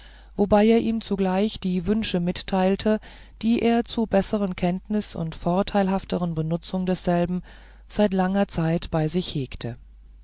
wobei er ihm zugleich die wünsche mitteilte die er zu besserer kenntnis und vorteilhafterer benutzung desselben seit langer zeit bei sich hegte